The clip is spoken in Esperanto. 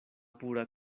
pura